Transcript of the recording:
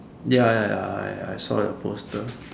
ya ya ya I I saw the poster